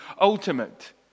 ultimate